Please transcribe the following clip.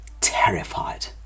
terrified